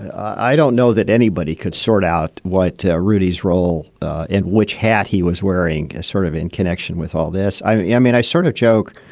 i don't know that anybody could sort out what rudy's role in which hat he was wearing a sort of in connection with all this i yeah mean, i sort of joke.